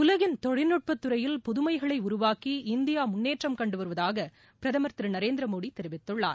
உலகின் தொழில்நுட்பத் துறையில் புதுமைகளை உருவாக்கி இந்தியா முன்னேற்றம் கண்டு வருவதாக பிரதமர் திரு நரேந்திர மோடி தெரிவித்துள்ளார்